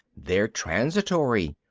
they're transitory.